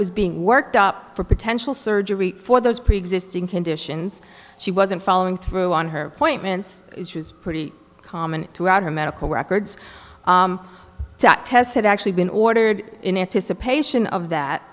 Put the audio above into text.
was being worked up for potential surgery for those preexisting conditions she wasn't following through on her appointments it was pretty common throughout her medical records to test actually been ordered in anticipation of that